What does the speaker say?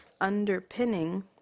underpinning